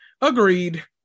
Agreed